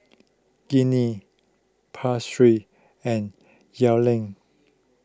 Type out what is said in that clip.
Gianni and